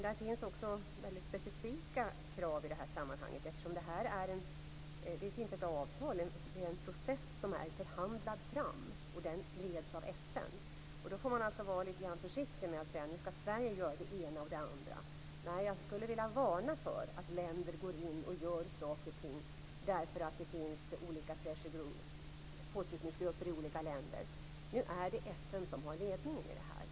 Det finns också väldigt specifika krav i det här sammanhanget. Det finns ett avtal och en process som är framförhandlad, och den leds av FN. Man får då vara litet grand försiktig med att säga att Sverige skall göra det ena och det andra. Jag skulle vilja varna för att länder går in och gör saker och ting därför att det finns olika påtryckningsgrupper i olika länder. Nu är det FN som har ledningen i processen.